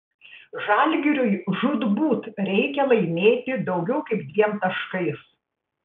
žalgiriui žūtbūt reikia laimėti daugiau kaip dviem taškais